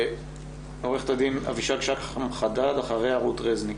עורכת הדין אבישג שחם חדד ואחריה רות רזניק.